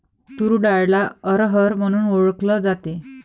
तूर डाळला अरहर म्हणूनही ओळखल जाते